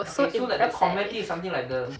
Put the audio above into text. okay so very sad eh